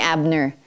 Abner